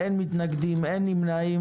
הצבעה אושר אין מתנגדים ואין נמנעים.